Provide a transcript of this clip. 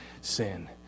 sin